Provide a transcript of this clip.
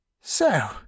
So